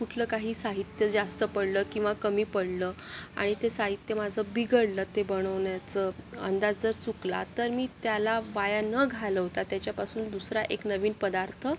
कुठलं काही साहित्य जास्त पडलं किंवा कमी पडलं आणि ते साहित्य माझं बिघडलं ते बनवण्याचं अंदाज जर चुकला तर मी त्याला वाया न घालवता त्याच्यापासून दुसरा एक नवीन पदार्थ